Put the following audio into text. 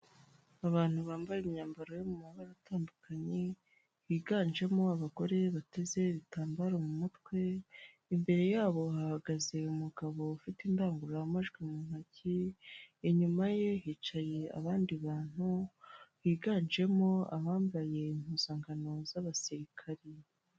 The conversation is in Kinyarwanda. Abantu bambaye imyambaro yo mu mabara atandukanye, biganjemo abagore bateze ibitambaro mu mutwe. Imbere yabo hahagaze umugabo ufite indangururamajwi mu ntoki. Inyuma ye hicaye abandi bantu biganjemo abambaye impuzankano z'abasirikari.